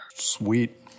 Sweet